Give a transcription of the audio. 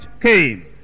came